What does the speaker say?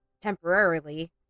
temporarily